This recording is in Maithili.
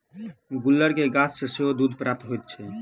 गुलर के गाछ सॅ सेहो दूध प्राप्त होइत छै